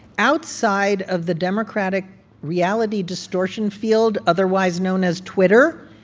outside of the democratic reality distortion field, otherwise known as twitter.